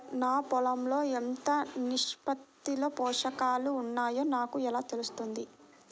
నా పొలం లో ఎంత నిష్పత్తిలో పోషకాలు వున్నాయో నాకు ఎలా తెలుస్తుంది?